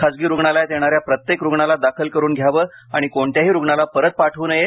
खाजगी रुग्णालयात येणाऱ्या प्रत्येक रुग्णाला दाखल करुन घ्यावे आणि कोणत्याही रुग्णाला परत पाठव् नये